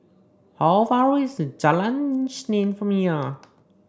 how far away is Jalan Isnin from here